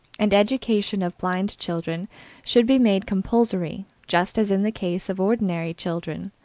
and education of blind children should be made compulsory, just as in the case of ordinary children.